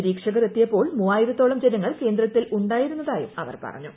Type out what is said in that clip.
നിരീക്ഷകർ എത്തിയപ്പോൾ മൂവായിരത്തോളം ജനങ്ങൾ കേന്ദ്രത്തിൽ ഉണ്ടായിരുന്നതായും അവർ പറഞ്ഞു